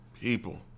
People